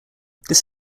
this